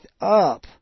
up